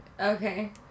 Okay